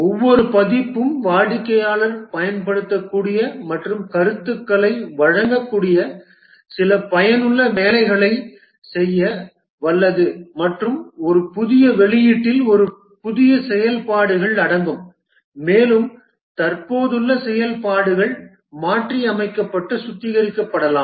ஒவ்வொரு பதிப்பும் வாடிக்கையாளர் பயன்படுத்தக்கூடிய மற்றும் கருத்துக்களை வழங்கக்கூடிய சில பயனுள்ள வேலைகளைச் செய்ய வல்லது மற்றும் ஒரு புதிய வெளியீட்டில் ஒரு புதிய செயல்பாடுகள் அடங்கும் மேலும் தற்போதுள்ள செயல்பாடுகள் மாற்றியமைக்கப்பட்டு சுத்திகரிக்கப்படலாம்